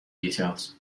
details